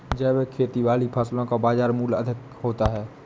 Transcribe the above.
जैविक खेती वाली फसलों का बाज़ार मूल्य अधिक होता है